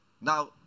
Now